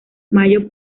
mayo